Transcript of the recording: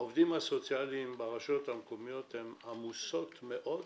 העובדים הסוציאליים ברשויות המקומיות עמוסים מאוד,